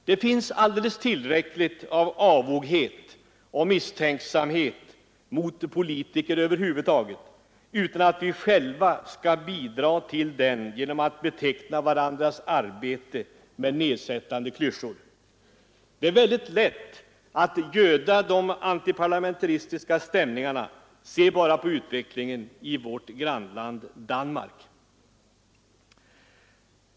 Det finns alldeles tillräckligt av avoghet och misstänksamhet mot politiker över huvud taget, utan att vi själva skall bidra till det genom att betygsätta varandras arbete med nedsättande klyschor. Det är väldigt lätt att göda de antiparlamentariska stämningarna. Se bara på utvecklingen i vårt grannland Danmark!